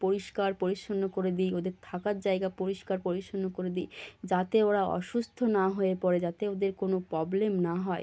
পরিষ্কার পরিছন্ন করে দিই ওদের থাকার জায়গা পরিষ্কার পরিছন্ন করে দিই যাতে ওরা অসুস্থ না হয়ে পড়ে যাতে ওদের কোনো প্রবলেম না হয়